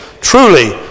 truly